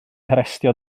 harestio